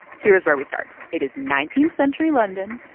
here is where we start. it is nineteenth century london.